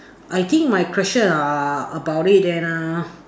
I think my question are about it then uh